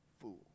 fool